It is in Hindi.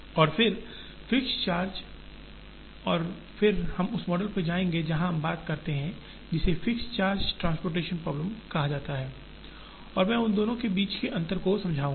और फिर फिक्स्ड चार्ज और फिर हम उस मॉडल पर जाएंगे जहां हम बात करते हैं जिसे फिक्स्ड चार्ज ट्रांसपोर्टेशन प्रॉब्लम कहा जाता है और मैं उनके बीच के अंतर को समझाऊंगा